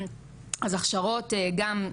אז הכשרות גם,